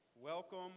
Welcome